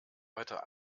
heute